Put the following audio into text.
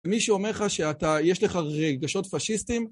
ומי שאומר לך שאתה יש לך רגשות פשיסטיים...